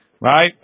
Right